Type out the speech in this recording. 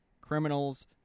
criminals